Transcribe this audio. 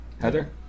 Heather